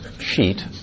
sheet